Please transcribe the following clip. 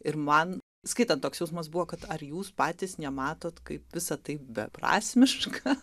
ir man skaitant toks jausmas buvo kad ar jūs patys nematot kaip visa tai beprasmiška